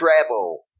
travel